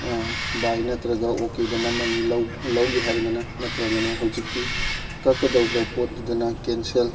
ꯕꯥꯏ ꯅꯠꯇ꯭ꯔꯒ ꯑꯣꯀꯦꯗ ꯅꯝꯃꯅꯤ ꯂꯧꯒꯦ ꯍꯥꯏꯔꯒꯅ ꯅꯠꯇ꯭ꯔꯒꯅ ꯍꯧꯖꯤꯛꯀꯤ ꯀꯛꯀꯗꯧꯕ ꯄꯣꯠꯇꯨꯗꯅ ꯀꯦꯟꯁꯦꯜ